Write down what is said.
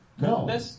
No